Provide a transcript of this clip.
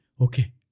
okay